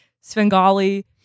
Svengali